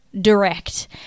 direct